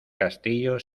castillo